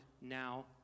now